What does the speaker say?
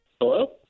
Hello